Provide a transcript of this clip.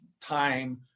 time